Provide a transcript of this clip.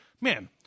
Man